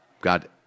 God